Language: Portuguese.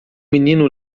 menino